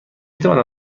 توانم